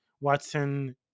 Watson